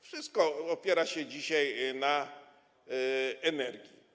Wszystko opiera się dzisiaj na energii.